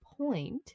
point